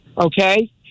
Okay